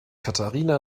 katharina